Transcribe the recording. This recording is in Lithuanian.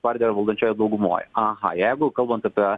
partija yra valdančioj daugumoj aha jeigu kalbant apie